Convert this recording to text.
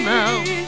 now